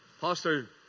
pastor